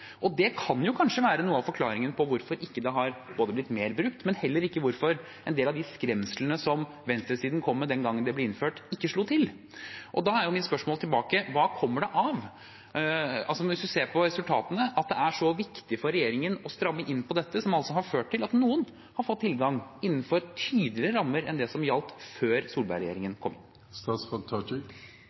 Det kan kanskje være noe av forklaringen både på hvorfor det ikke har blitt mer brukt, og på hvorfor ikke en del av de skremslene som venstresiden kom med den gang det ble innført, slo til. Og da er mitt spørsmål tilbake: Hva kommer det av – altså hvis man ser på resultatene – at det er så viktig for regjeringen å stramme inn på dette, som altså har ført til at noen har fått tilgang, innenfor tydeligere rammer enn det som gjaldt før Solberg-regjeringen kom?